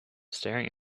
staring